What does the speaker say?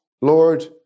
Lord